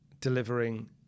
delivering